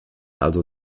also